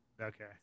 Okay